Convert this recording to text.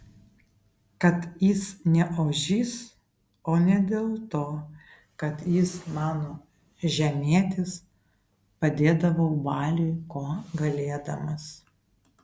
kad jis ne ožys o ne dėl to kad jis mano žemietis padėdavau baliui kuo galėdamas